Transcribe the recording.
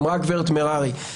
אמרה הגב' מררי,